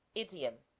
idiom